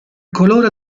colore